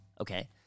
okay